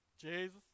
Jesus